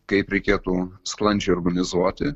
kaip reikėtų sklandžiai organizuoti